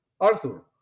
Arthur